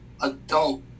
adult